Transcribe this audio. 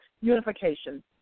unification